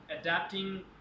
adapting